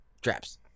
Traps